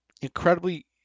Incredibly